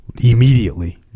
immediately